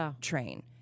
Train